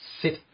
sit